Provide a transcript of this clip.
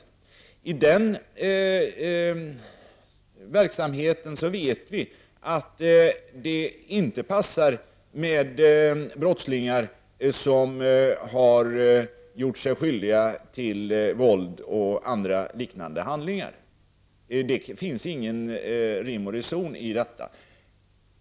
Vi vet att det i den verksamheten inte passar med brottslingar som har gjort sig skyldiga till våld och liknande handlingar. Det finns ingen rim och reson i detta.